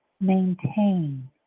maintain